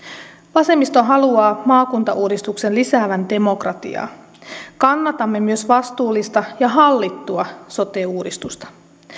vasemmisto haluaa maakuntauudistuksen lisäävän demokratiaa kannatamme myös vastuullista ja hallittua sote uudistusta